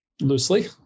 loosely